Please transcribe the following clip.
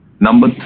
Number